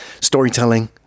storytelling